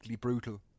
brutal